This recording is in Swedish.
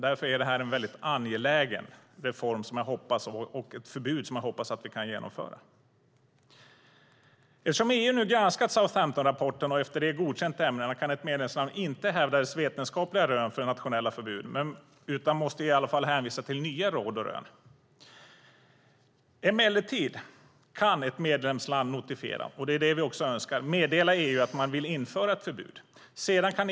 Därför är det ett angeläget förbud som jag hoppas att vi kan införa. Eftersom EU granskat Southamptonstudien och efter det godkänt ämnena kan ett medlemsland inte hävda dessa vetenskapliga rön för att införa nationellt förbud utan måste i så fall hänvisa till nya rön. Emellertid kan ett medlemsland notifiera, det vill säga meddela EU att man vill införa ett förbud. Det är det vi önskar.